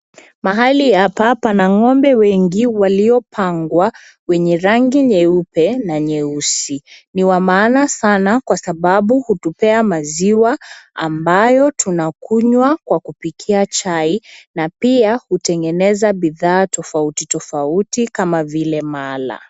Mahali hapa pana ng'ombe wengi waliopangwa, wenye rangi nyeupe na nyeusi. Ni wa maana sana kwa sababu hutupea maziwa, ambayo tunakunywa kwa kupikia chai, na pia hutengeneza bidhaa tofauti tofauti kama vile, mala.